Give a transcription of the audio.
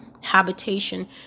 habitation